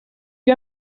due